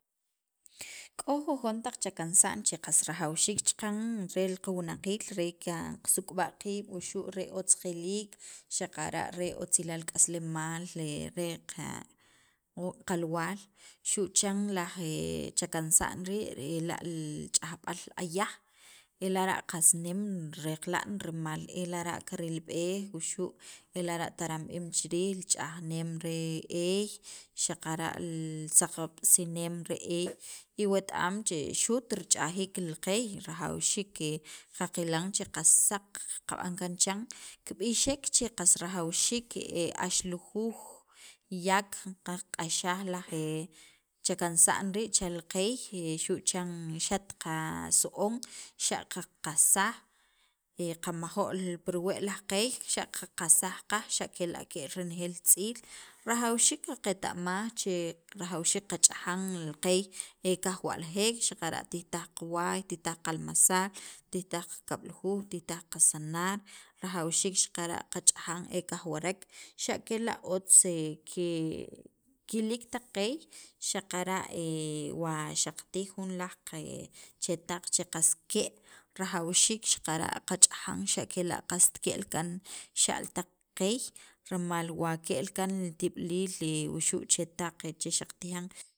k'o jujon taq chakansa'n che qas rajawxiik chaqan rel qawunaqiil re qasukb'a' qiib', wuxu' re otz qiliik, xaqara' re otzilaal k'aslemal re qa qalwaal xu' chan laj chakansa'n rii' ela' li ch'ajb'al ayaaj e lara' qas nem reqla'n rimal e lara' kirilb'ej wuxu' e lara' taranb'im chi riij li ch'ajneem re eey xaqara' li saqab'sinem re eey, iwet am che xu't rich'ajiik li qeey rajawxiik qaqilan che qas saq qab'an kaan chan, kib'ixek che qas rajawxiik axlujuuj yak qaqaq'ax laj chaknasa'n rii' chel qeey xu' chan xat qasu'on xa' qaqasaj, qamajo'l pi riwe' laj qeey xa' qaqasaj qaj xa' kela' ke'l renejeel tz'iil rajawxiik qaqeta'maj rajawxiik qach'aj li qeey e kajwaljek xaqara' tijtaj qawaay, tijtaj qalmasaal tijtaj qakab'lujuuj, tijtaj qasanar, rajawxiik xaqara' qach'ajan ee kajwarek xa' kela' otz ke kilik taq qeey xaqara' wa xaqatij jun laj qe chetaq che qas ke' rajawxiik xaqara' qach'ajan xa' kela' qas ke'l kan xa'l taq qeey rimal wa ke'l kaan tib'iliil wuxu' chetaq che xaq qatijan.